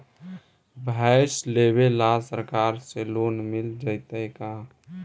भैंस लेबे ल सरकार से लोन मिल जइतै का?